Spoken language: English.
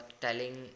telling